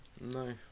no